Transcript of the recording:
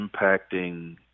impacting